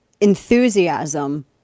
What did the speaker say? enthusiasm